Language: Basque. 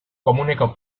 komuneko